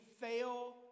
fail